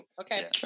okay